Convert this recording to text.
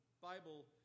Bible